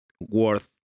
worth